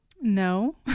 No